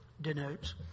denotes